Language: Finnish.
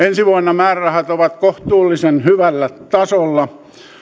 ensi vuonna määrärahat ovat kohtuullisen hyvällä tasolla